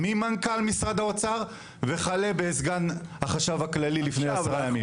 ממנכ"ל משרד האוצר וכלה בסגן החשב הכללי לפני 10 ימים.